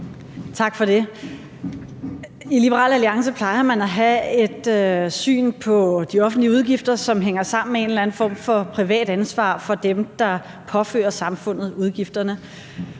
I Liberal Alliance plejer man at have et syn på de offentlige udgifter, som hænger sammen med en eller anden form for privat ansvar for dem, der påfører samfundet udgifterne.